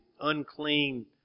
unclean